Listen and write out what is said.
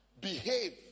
Behave